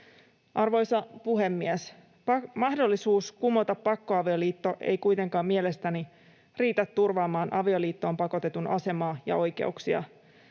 Arvoisa puhemies! Mahdollisuus kumota pakkoavioliitto ei kuitenkaan mielestäni riitä turvaamaan avioliittoon pakotetun asemaa ja oikeuksia,